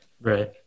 Right